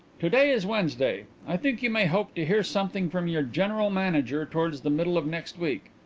to-day is wednesday. i think you may hope to hear something from your general manager towards the middle of next week.